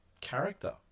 character